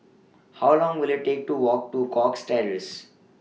How Long Will IT Take to Walk to Cox Terrace